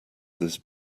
this